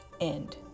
End